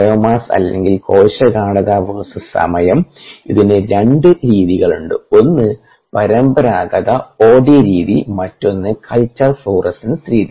biomass അല്ലെങ്കിൽ കോശ ഗാഢത VS സമയം ഇതിന് 2 രീതികളുണ്ട് ഒന്ന് പരമ്പരാഗത ഒ ഡി രീതി മറ്റൊന്ന് കൾച്ചർ ഫ്ലൂറസെൻസ് രീതി